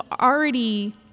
already